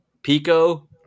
pico